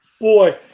boy